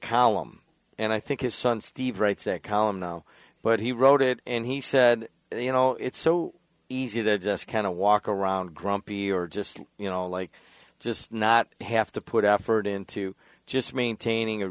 column and i think his son steve writes a column now but he wrote it and he said you know it's so easy that just kind of walk around grumpy or just you know like just not have to put afeard into just maintaining a